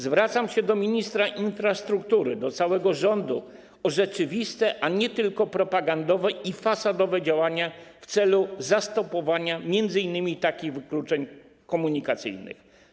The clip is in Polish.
Zwracam się do ministra infrastruktury, do całego rządu o rzeczywiste, a nie tylko propagandowe i fasadowe działanie w celu zastopowania m.in. takich wykluczeń komunikacyjnych.